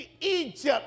Egypt